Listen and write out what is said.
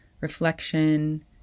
reflection